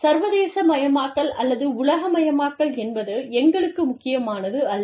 சர்வதேசமயமாக்கல் அல்லது உலகமயமாக்கல் என்பது எங்களுக்கு முக்கியமானது அல்ல